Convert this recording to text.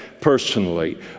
personally